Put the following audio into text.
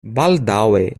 baldaŭe